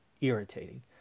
irritating